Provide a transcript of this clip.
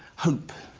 hope.